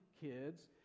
kids